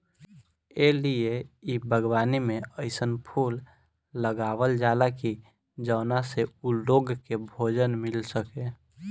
ए लिए इ बागवानी में अइसन फूल लगावल जाला की जवना से उ लोग के भोजन मिल सके